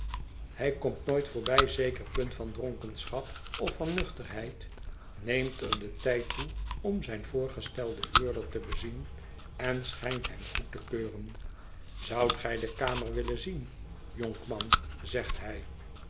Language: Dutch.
hij komt nooit voorbij zeker punt van dronkenschap of van nuchterheid neemt er den tijd toe om zijn voorgestelden huurder te bezien en schijnt hem goed te keuren zoudt gij de kamer willen zien jonkman zegt hij